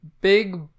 big